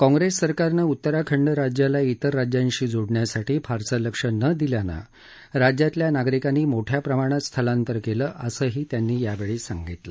काँग्रेस सरकारनं उत्तराखंड राज्याला इतर राज्यांशी जोडण्यासाठी फारसं लक्ष न दिल्यानं राज्यातल्या नागरिकांनी मोठ्या प्रमाणात स्थलांतर केलं असं त्यांनी यावेळी सांगितलं